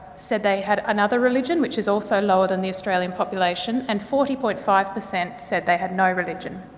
said they had another religion, which is also lower than the australian population. and forty point five per cent said they had no religion,